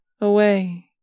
away